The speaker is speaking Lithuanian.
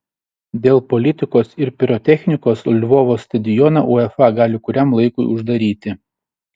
dėl politikos ir pirotechnikos lvovo stadioną uefa gali kuriam laikui uždaryti